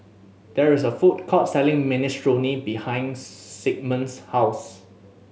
there is a food court selling Minestrone behind Sigmund's house